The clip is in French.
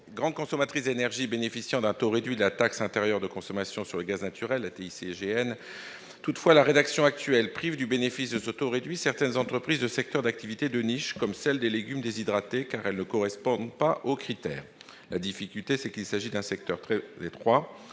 grandes consommatrices d'énergie bénéficient d'un taux réduit de la taxe intérieure de consommation sur le gaz naturel, la TICGN. Toutefois, la rédaction de la législation actuelle prive du bénéfice de ce taux réduit certaines entreprises de secteurs d'activité de niche, comme celle des légumes déshydratés, car elles ne correspondent pas aux critères. La difficulté, c'est qu'il s'agit d'un secteur très étroit.